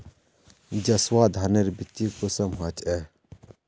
जसवा धानेर बिच्ची कुंसम होचए?